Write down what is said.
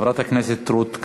חברת הכנסת רות קלדרון.